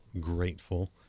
grateful